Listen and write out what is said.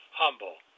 humble